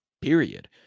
period